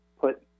put